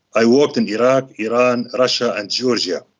i worked in iraq, iran, russia and georgia.